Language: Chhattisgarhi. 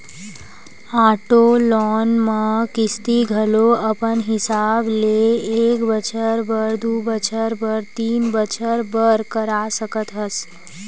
आटो लोन म किस्ती घलो अपन हिसाब ले एक बछर बर, दू बछर बर, तीन बछर बर करा सकत हस